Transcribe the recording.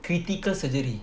critical surgery